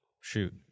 shoot